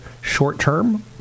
short-term